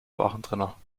warentrenner